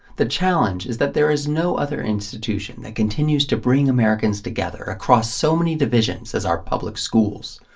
the challenge is that there is no other institution that continues to bring americans together across so many divisions as our public schools.